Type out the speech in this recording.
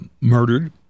murdered